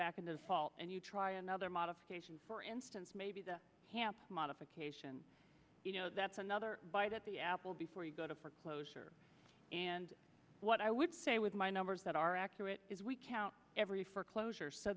in and you try another modification for instance maybe the modification you know that's another bite at the apple before you go to foreclosure and what i would say with my numbers that are accurate is we count every foreclosure so